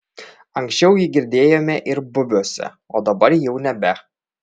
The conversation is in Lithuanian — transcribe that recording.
anksčiau jį girdėjome ir bubiuose o dabar jau nebe